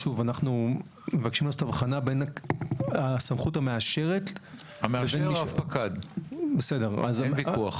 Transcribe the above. אנחנו מבקשים לעשות הבחנה בין הסמכות המאשרת לבין מי --- לבין רב פקד.